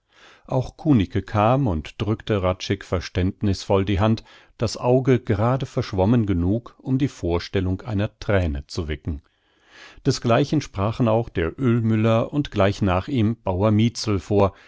auch kunicke kam und drückte hradscheck verständnißvoll die hand das auge gerade verschwommen genug um die vorstellung einer thräne zu wecken desgleichen sprachen auch der ölmüller und gleich nach ihm bauer mietzel vor